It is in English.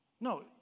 No